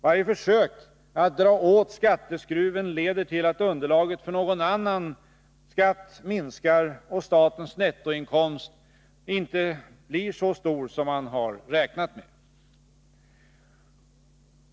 Varje försök att dra åt skatteskruven leder till att underlaget för någon annan skatt minskar och att statens nettoinkomst inte blir så stor som man har räknat med.